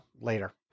later